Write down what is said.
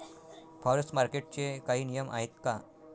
Forex मार्केटचे काही नियम आहेत का?